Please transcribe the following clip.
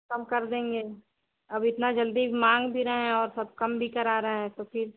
कम कर देंगे अब इतना जल्दी माँग भी रहे हैं और सब कम भी करा रहे हैं तो फिर